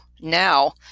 now